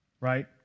right